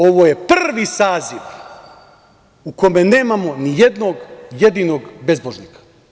Ovo je prvi saziv u kome nemamo ni jednog jedinog bezbožnika.